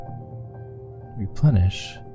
replenish